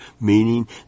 meaning